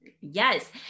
Yes